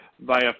via